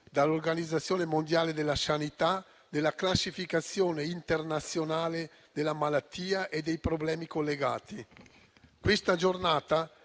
dall'Organizzazione mondiale della sanità nella classificazione internazionale della malattia e dei problemi collegati. Questa Giornata